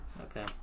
Okay